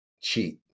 cheat